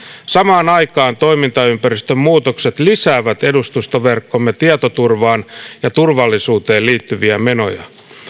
samaan aikaan toimintaympäristön muutokset lisäävät edustustoverkkomme tietoturvaan ja turvallisuuteen liittyviä menoja